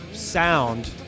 sound